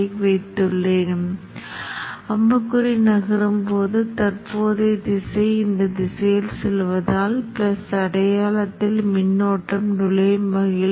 எனவே மின்தூண்டி மின்னோட்ட அலைவடிவ அடுக்கு IL ஐப் பார்ப்போம் மேலும் தூண்டல் மின்னோட்ட முக்கோண அலை வடிவத்தை நான் எதிர்பார்த்தேன் இதைத்தான் நாம் எதிர்பார்க்கிறோம்